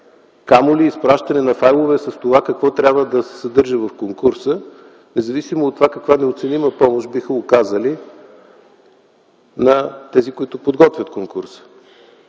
камо ли изпращане на файлове с това какво трябва да се съдържа в конкурса, независимо от това каква неоценима помощ биха оказали на тези, които подготвят конкурса.